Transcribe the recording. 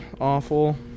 awful